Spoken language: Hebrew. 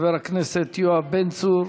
חבר הכנסת יואב בן צור.